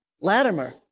Latimer